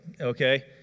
okay